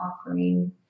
offering